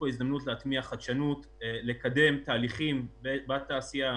הזדמנות להטמיע חדשנות, לקדם תהליכים בתעשייה.